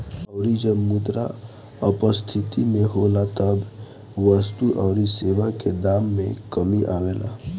अउरी जब मुद्रा अपस्थिति में होला तब वस्तु अउरी सेवा के दाम में कमी आवेला